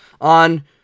on